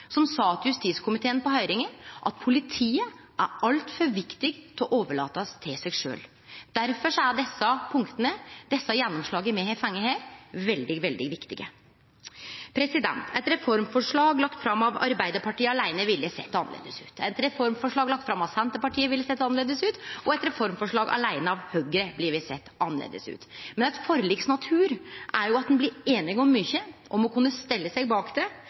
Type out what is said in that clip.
som sa til justiskomiteen på høyringa at politiet er altfor viktig til å overlatast til seg sjølv! Derfor er desse punkta, desse gjennomslaga vi har fått her, veldig, veldig viktige. Eit reformforslag lagt fram av Arbeidarpartiet aleine ville sett annleis ut. Eit reformforslag lagt fram av Senterpartiet ville sett annleis ut, og eit forslag lagt fram aleine av Høgre ville sett annleis ut. Men eit forliks natur er jo at ein blir einige om mykje og må kunne stille seg bak det,